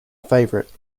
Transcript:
favorite